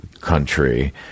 country